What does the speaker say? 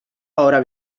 ahora